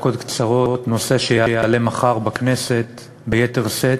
קצרות נושא שיעלה מחר בכנסת ביתר שאת,